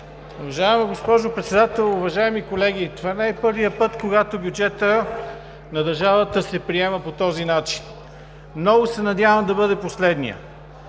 Уважаема госпожо Председател, уважаеми колеги! Това не е първият път, когато бюджетът на държавата се приема по този начин. Много се надявам да бъде последният!